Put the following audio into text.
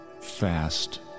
fast